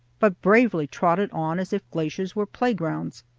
but bravely trotted on as if glaciers were playgrounds.